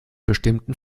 bestimmten